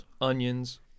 onions-